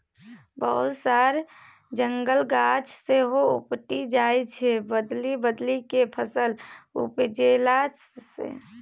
बहुत रास जंगली गाछ सेहो उपटि जाइ छै बदलि बदलि केँ फसल उपजेला सँ